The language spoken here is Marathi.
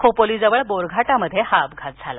खोपोली जवळ बोरघाटात हा अपघात झाला